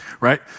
Right